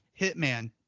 Hitman